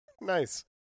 Nice